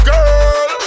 Girl